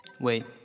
Wait